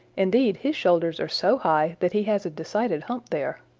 indeed, his shoulders are so high that he has a decided hump there,